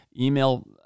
email